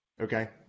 Okay